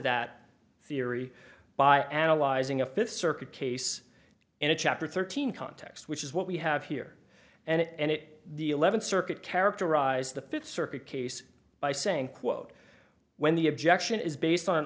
that theory by analyzing a fifth circuit case in a chapter thirteen context which is what we have here and it the eleventh circuit characterized the fifth circuit case by saying quote when the objection is based on